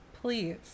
Please